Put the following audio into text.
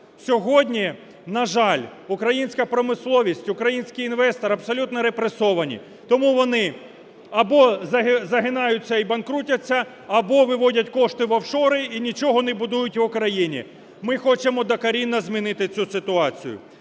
Сьогодні, на жаль, українська промисловість, український інвестор абсолютно репресовані, тому вони або загинаються і банкрутяться, або виводять кошти в офшори і нічого не будують у Україні. Ми хочемо докорінно змінити цю ситуацію.